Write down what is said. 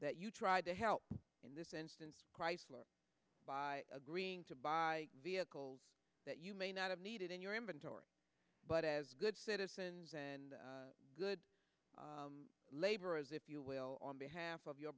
that you tried to help in this instance chrysler by agreeing to buy vehicles that you may not have needed in your inventory but as good citizens and good laborers if you will on behalf of your